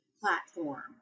platform